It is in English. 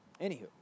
Anywho